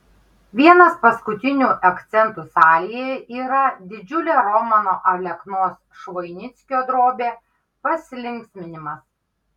vienas paskutinių akcentų salėje yra didžiulė romano aleknos švoinickio drobė pasilinksminimas